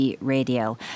Radio